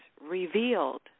revealed